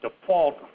default